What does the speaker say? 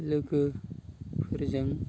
लोगोफोरजों